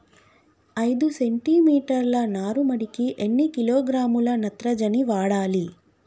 ఐదు సెంటిమీటర్ల నారుమడికి ఎన్ని కిలోగ్రాముల నత్రజని వాడాలి?